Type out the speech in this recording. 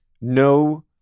no